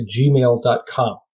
gmail.com